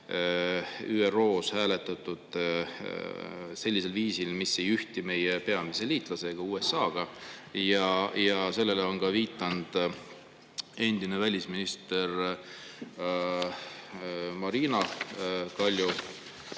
on ÜRO-s hääletatud sellisel viisil, mis ei ühti meie peamise liitlase USA-ga. Sellele on viidanud endine välisminister Marina Kaljurand.